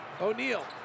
O'Neal